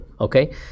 okay